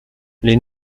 les